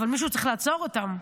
אבל מישהו צריך לעצור אותם.